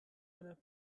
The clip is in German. einer